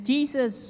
Jesus